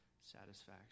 satisfaction